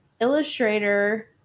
illustrator